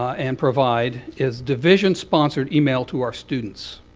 and provide is division-sponsored email to our students.